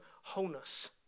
wholeness